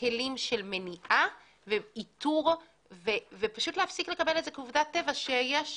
בכלים של מניעה ואיתור ופשוט להפסיק לקבל את זה כעובדת טבע שיש,